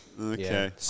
Okay